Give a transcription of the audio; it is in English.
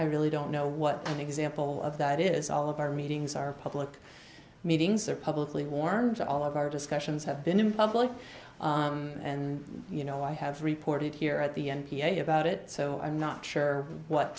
i really don't know what an example of that is all of our meetings are public meetings they're publicly warm to all of our discussions have been in public and you know i have reported here at the n p a about it so i'm not sure what